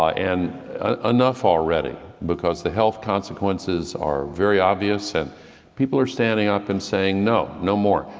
ah and enough already because the health consequences are very obvious and people are standing up and saying no. no more.